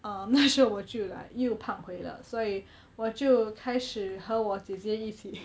um 那时候我就 like 又胖回了所以我就开始和我姐姐一起